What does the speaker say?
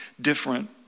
different